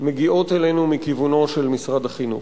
מגיעות אלינו מכיוונו של משרד החינוך.